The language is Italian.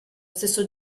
stesso